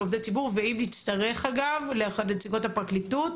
עובדי ציבור ואם נצטרך את נציגות הפרקליטות,